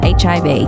hiv